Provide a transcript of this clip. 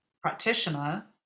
practitioner